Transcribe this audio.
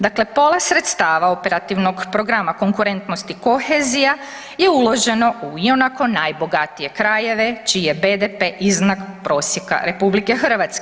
Dakle, pola sredstava Operativnog programa konkurentnost i kohezija je uloženo u ionako najbogatije krajeve čiji je BDP iznad prosjeka RH.